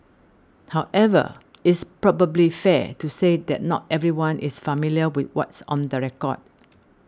however is probably fair to say that not everyone is familiar with what's on the record